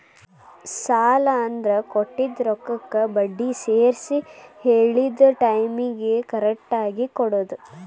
ಸಾಲ ಅಂದ್ರ ಕೊಟ್ಟಿದ್ ರೊಕ್ಕಕ್ಕ ಬಡ್ಡಿ ಸೇರ್ಸಿ ಹೇಳಿದ್ ಟೈಮಿಗಿ ಕರೆಕ್ಟಾಗಿ ಕೊಡೋದ್